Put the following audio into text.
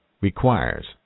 requires